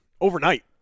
overnight